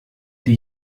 die